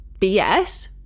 BS